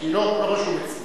כי לא רשום אצלי.